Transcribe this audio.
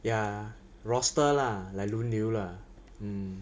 ya roster lah like 轮流 lah